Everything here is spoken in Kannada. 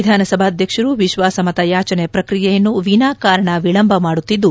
ವಿಧಾನಸಭಾಧ್ಯಕ್ಷರು ವಿಶ್ಲಾಸಮತ ಯಾಚನೆ ಪ್ರಕ್ರಿಯೆಯನ್ನು ವಿನಾ ಕಾರಣ ವಿಳಂಬ ಮಾಡುತ್ತಿದ್ದು